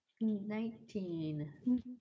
Nineteen